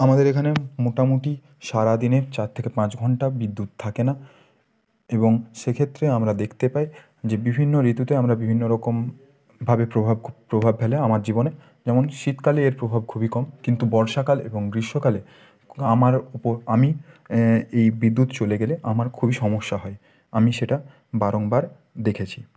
আমাদের এখানে মোটামুটি সারা দিনে চার থেকে পাঁচ ঘণ্টা বিদ্যুৎ থাকে না এবং সেক্ষেত্রে আমরা দেখতে পাই যে বিভিন্ন ঋতুতে আমরা বিভিন্ন রকমভাবে প্রভাব খুব প্রভাব ফেলে আমার জীবনে যেমন শীতকালে এর প্রভাব খুবই কম কিন্তু বর্ষাকাল এবং গ্রীষ্মকালে আমার উপর আমি এই বিদ্যুৎ চলে গেলে আমার খুবই সমস্যা হয় আমি সেটা বারংবার দেখেছি